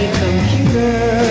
computer